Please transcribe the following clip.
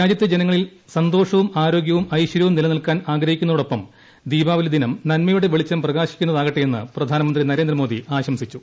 രാജ്യത്തെ ജനങ്ങളിൽ സന്തോഷവും ആരോഗ്യവും ഐശ്വര്യവും നിലനിൽക്കാൻ ആഗ്രഹിക്കുന്നതോടൊപ്പം ദീപാവലി ദിനം നന്മയുടെ വെളിച്ചും പ്രകാശിക്കുന്നതാകട്ടെയെന്ന് പ്രധാനമന്ത്രി നരേന്ദ്രമോദി ആശംസിച്ചു